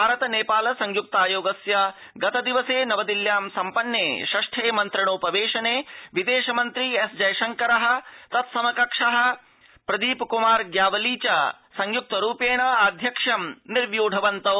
भारत नेपाल संयुक्तायोगस्य गतदिने नवदिल्ल्यां संपन्ने षष्ठे मन्त्रणोपवेशने विदेशमन्त्री डॉ एस् जयशंकरः नेपालस्थः तत्समकक्षः प्रदीप कुमार श्यावली च संयुक्तरूपेण आध्यक्ष्य निर्व्यढवन्तौ